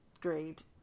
great